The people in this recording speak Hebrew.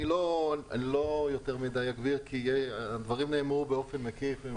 אני לא אאריך כי הדברים נאמרו באופן מקיף.